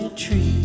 tree